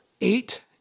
eight